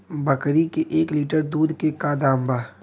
बकरी के एक लीटर दूध के का दाम बा?